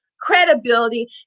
credibility